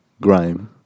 Grime